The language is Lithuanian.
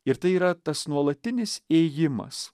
ir tai yra tas nuolatinis ėjimas